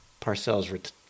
Parcells